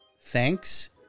Thanks